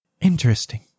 Interesting